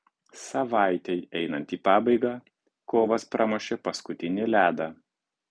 savaitei einant į pabaigą kovas pramušė paskutinį ledą